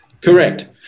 Correct